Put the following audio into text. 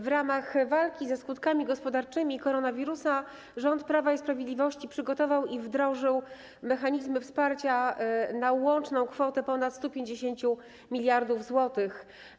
W ramach walki ze skutkami gospodarczymi koronawirusa rząd Prawa i Sprawiedliwości przygotował i wdrożył mechanizmy wsparcia na łączną kwotę ponad 150 mld zł.